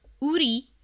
Uri